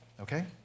Okay